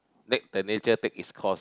let the nature take its course